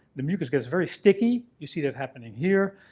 the mucus gets very sticky you see that happening here.